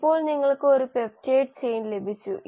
ഇപ്പോൾ നിങ്ങൾക്ക് ഒരു പെപ്റ്റൈഡ് ചെയിൻ ലഭിച്ചു